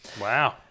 Wow